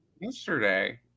Yesterday